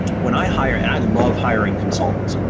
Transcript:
when i hire and i love hiring consultants,